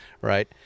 Right